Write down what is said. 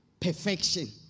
perfection